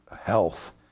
health